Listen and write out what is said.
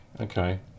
Okay